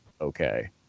okay